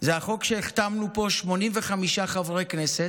זה החוק שהחתמנו פה 85 חברי כנסת,